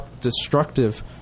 destructive